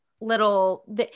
little